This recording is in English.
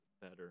better